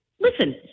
listen